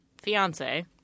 fiance